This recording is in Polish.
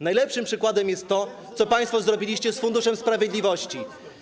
Najlepszym dowodem jest to, co państwo zrobiliście z Funduszem Sprawiedliwości.